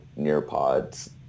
Nearpod's